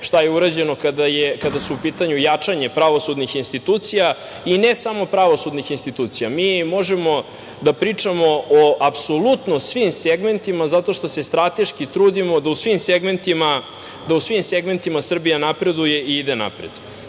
šta je urađeno kada je u pitanju jačanje pravosudnih institucija i ne samo pravosudnih institucija. Mi možemo da pričamo o apsolutno svim segmentima zato što se strateški trudimo da u svim segmentima Srbija napreduje i ide napred.